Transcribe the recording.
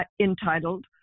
entitled